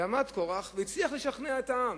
ועמד קורח והצליח לשכנע את העם,